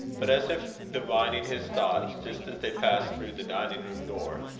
but as if divining his thoughts just as they passed through the dining-room door,